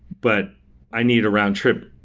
but i need a round-trip,